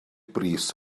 brys